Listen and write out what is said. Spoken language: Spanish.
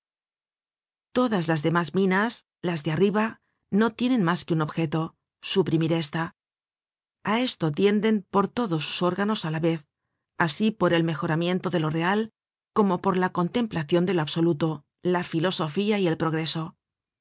todas las demás minas las de arriba no tienen mas que un objeto suprimir esta a esto tienden por todos sus órganos á la vez asi por el mejoramiento de lo real como por la contemplacion de lo absoluto la filosofía y el progreso